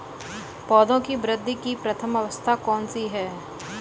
पौधों की वृद्धि की प्रथम अवस्था कौन सी है?